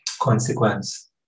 Consequence